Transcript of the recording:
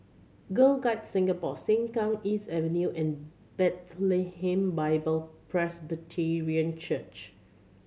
Girl Guides Singapore Sengkang East Avenue and Bethlehem Bible Presbyterian Church